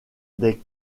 des